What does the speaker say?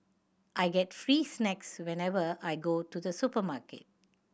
I get free snacks whenever I go to the supermarket